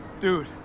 Dude